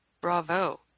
bravo